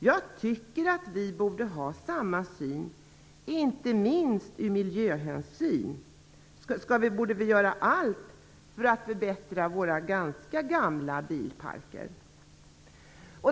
Jag tycker att vi borde ha samma syn på detta, och inte minst av miljöhänsyn borde vi göra allt för att förbättra vår ganska gamla bilpark.